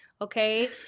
Okay